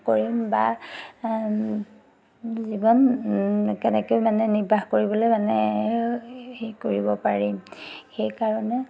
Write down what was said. কৰিম বা জীৱন কেনেকৈ মানে নিৰ্বাহ কৰিবলৈ মানে হেৰি কৰিব পাৰিম সেইকাৰণে